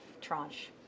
tranche